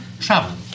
travel